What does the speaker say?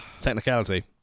Technicality